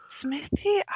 Smithy